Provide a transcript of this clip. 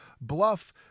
Bluff